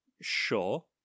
sure